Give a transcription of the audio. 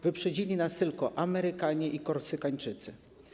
Wyprzedzili nas tylko Amerykanie i Korsykańczycy.